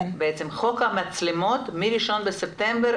חוק המצלמות נכנס לתוקף מ-1 בספטמבר.